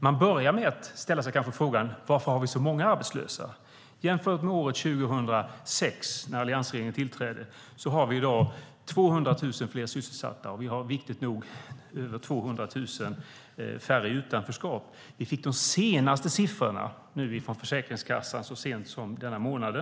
Man börjar med att kanske ställa sig frågan varför vi har så många arbetslösa. Vi har i dag 200 000 fler sysselsatta jämfört med år 2006, när alliansregeringen tillträdde, och vi har, vilket är nog så viktigt, över 200 000 färre i utanförskap. Vi fick de senaste siffrorna från Försäkringskassan så sent som denna månad.